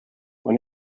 when